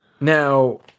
Now